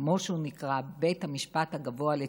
כמו שהוא נקרא: בית המשפט הגבוה לצדק,